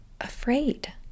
afraid